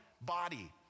body